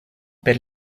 per